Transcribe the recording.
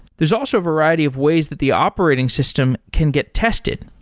there's also a variety of ways that the operating system can get tested.